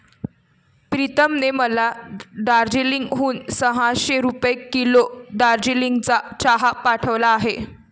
प्रीतमने मला दार्जिलिंग हून सहाशे रुपये किलो दार्जिलिंगचा चहा पाठवला आहे